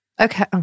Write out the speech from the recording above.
Okay